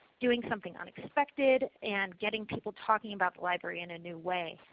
doing something unexpected, and getting people talking about the library in a new way.